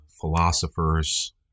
philosophers